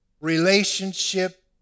relationship